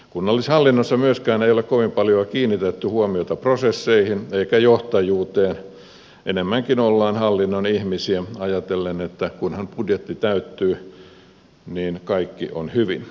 kunnallishallinnossa ei myöskään ole kovin paljoa kiinnitetty huomiota prosesseihin eikä johtajuuteen enemmänkin ollaan hallinnon ihmisiä ajatellen että kunhan budjetti täyttyy niin kaikki on hyvin